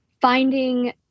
finding